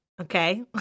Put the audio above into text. okay